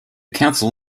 council